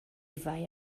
vai